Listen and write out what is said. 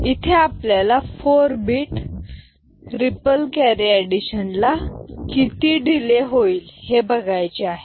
इथे आपल्याला 4 bit ripple carry एडिशनला किती डिले होईल हे बघायचे आहे